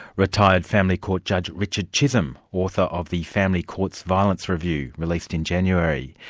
retired family court judge, richard chisholm, author of the family courts violence review, released in january.